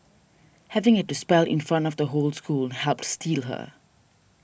having had to spell in front of the whole school helped steel her